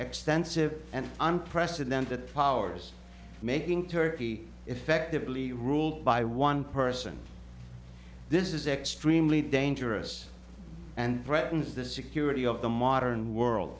extensive and unprecedented powers for making turkey effectively ruled by one person this is extremely dangerous and threatens the security of the modern world